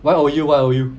Y_O_U Y_O_U